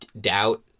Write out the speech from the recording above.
doubt